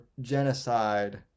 genocide